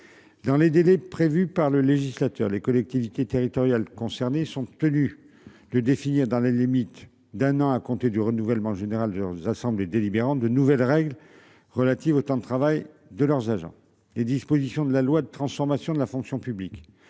Dans les délais prévus par le législateur. Les collectivités territoriales concernées sont tenus de définir dans les limites d'un an à compter du renouvellement général Georges assemblée délibérante de nouvelles règles relatives au temps de travail de leurs agents. Les dispositions de la loi de transformation de la fonction publique